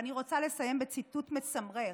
ואני רוצה לסיים בציטוט מצמרר,